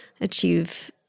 achieve –